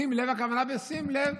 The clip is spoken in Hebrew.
בשים לב, הכוונה בשים לב.